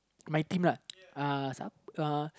my team lah uh